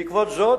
בעקבות זאת,